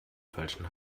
falschen